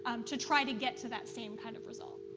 um to try to get to that same kind of result?